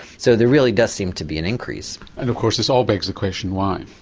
so there really does seem to be an increase. and of course this all begs the question why?